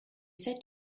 sept